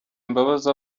imbabazi